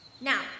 now